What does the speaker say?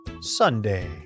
Sunday